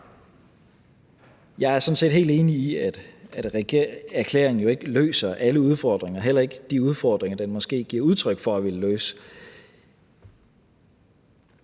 Jeg er sådan set helt enig i, at erklæringen jo ikke løser alle udfordringer, heller ikke de udfordringer, den måske giver udtryk for at ville løse,